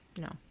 No